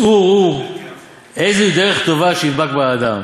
צאו וראו איזוהי דרך טובה שידבק בה האדם.